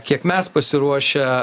kiek mes pasiruošę